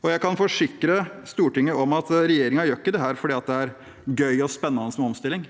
og jeg kan forsikre Stortinget om at regjeringen ikke gjør dette fordi det er gøy og spennende med omstilling.